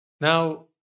Now